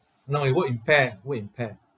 no we work in pair work in pair